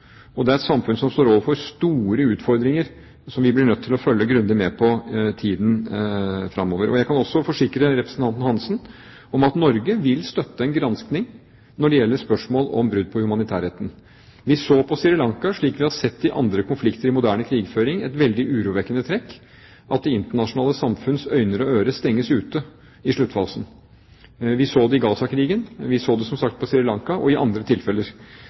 Det er et samfunn som står overfor store utfordringer som vi blir nødt til å følge grundig med på i tiden fremover. Jeg kan også forsikre representanten Hansen om at Norge vil støtte en gransking når det gjelder spørsmål om brudd på humanitærretten. Vi så på Sri Lanka, slik vi har sett i andre konflikter i moderne krigføring, et veldig urovekkende trekk: at det internasjonale samfunns øyne og ører stenges ute i sluttfasen. Vi så det i Gaza-krigen, vi så det som sagt på Sri Lanka og i andre tilfeller.